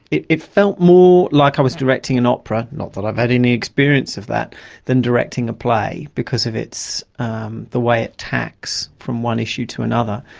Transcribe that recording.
it it felt more like i was directing an opera not that i've had any experience of that than directing a play, because of um the way it tacks from one issue to another.